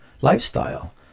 lifestyle